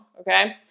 okay